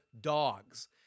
dogs